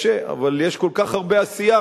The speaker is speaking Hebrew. אבל יש כל כך הרבה עשייה,